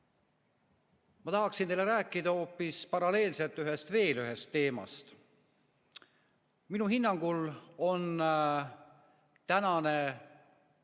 ma tahaksin teile rääkida hoopis paralleelselt veel ühest teemast. Minu hinnangul on tänane